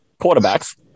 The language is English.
quarterbacks